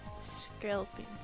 scalping